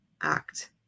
act